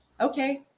okay